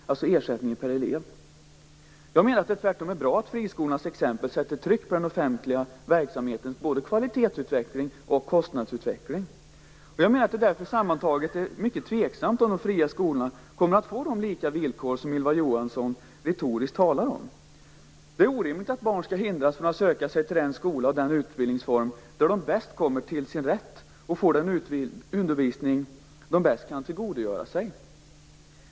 Jag menar att det tvärtom är bra att friskolornas exempel sätter tryck på den offentliga verksamheten - både när det gäller kvalitetsutveckling och kostnadsutveckling. Jag menar att det därför sammantaget är mycket tveksamt om de fria skolorna kommer att få de lika villkor som Ylva Johansson retoriskt talar om. Det är orimligt att barn skall hindras från att söka sig till den skola och den utbildningsform där de bäst kommer till sin rätt och får den undervisning de bäst kan tillgodogöra sig.